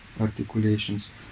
articulations